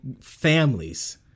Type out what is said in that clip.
families